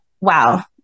wow